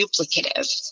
duplicative